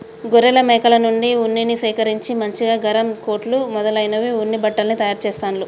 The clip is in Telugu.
గొర్రెలు మేకల నుండి ఉన్నిని సేకరించి మంచిగా గరం కోట్లు మొదలైన ఉన్ని బట్టల్ని తయారు చెస్తాండ్లు